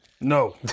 No